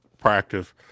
practice